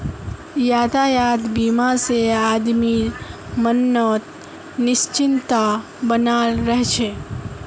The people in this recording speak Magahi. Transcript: यातायात बीमा से आदमीर मनोत् निश्चिंतता बनाल रह छे